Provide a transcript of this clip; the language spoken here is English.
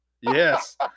Yes